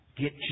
Get